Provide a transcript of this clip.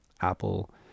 Apple